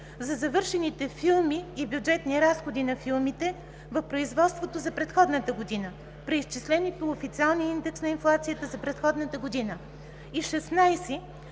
за завършените филми и бюджетните разходи на филмите в производство за предходната година, преизчислени по официалния индекс на инфлация за предходната година. 16.